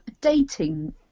dating